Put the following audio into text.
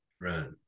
Right